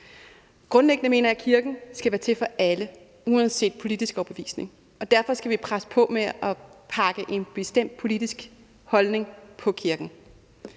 Grundlæggende mener jeg, at kirken skal være til for alle, uanset politisk overbevisning, og derfor skal vi passe på med at prakke en bestemt politisk holdning på kirken.